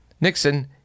Nixon